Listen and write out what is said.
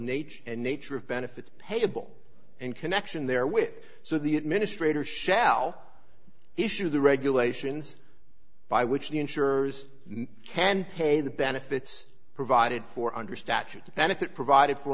nature and nature of benefits paypal and connection there which so the administrator shall issue the regulations by which the insurers can pay the benefits provided for under statute benefit provided for